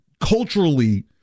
culturally